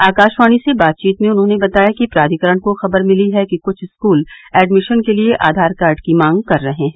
आकाशवाणी से बातचीत में उन्होंने बताया कि प्राधिकरण को खबर मिली है कि कृष्ठ स्कूल एडमिशन के लिए आधार कार्ड की मांग कर रहे हैं